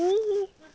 ya